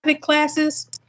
classes